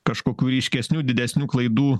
kažkokių ryškesnių didesnių klaidų